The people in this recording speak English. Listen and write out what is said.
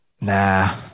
nah